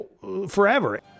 forever